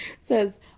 says